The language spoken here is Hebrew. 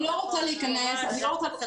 אני לא רוצה עכשיו להיכנס לזה.